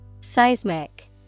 Seismic